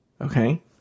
Okay